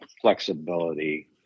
flexibility